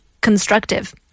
constructive